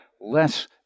less